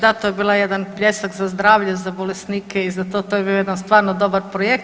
Da, to je bila jedan pljesak za zdravlje za bolesnike i za to, to je bio jedan stvarno dobar projekt.